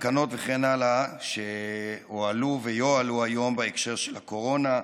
התקנות וכן הלאה שהועלו ויועלו היום בהקשר של הקורונה,